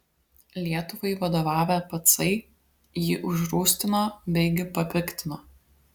lietuvai vadovavę pacai jį užrūstino beigi papiktino